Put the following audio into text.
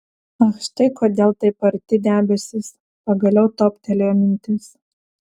ach štai kodėl taip arti debesys pagaliau toptelėjo mintis